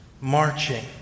marching